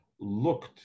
looked